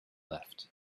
left